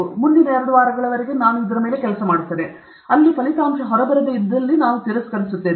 ಹಾಗಾಗಿ ಮುಂದಿನ ಎರಡು ವಾರಗಳವರೆಗೆ ನಾನು ಕೆಲಸ ಮಾಡುತ್ತೇನೆ ಅದು ಹೊರಬರದೆ ಇದ್ದಲ್ಲಿ ನಾನು ತಿರಸ್ಕರಿಸುತ್ತೇನೆ